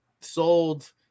sold